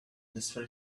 despair